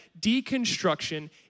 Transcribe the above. deconstruction